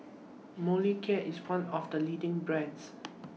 Molicare IS one of The leading brands